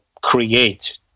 create